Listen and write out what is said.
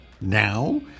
now